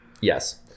Yes